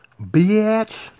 Bitch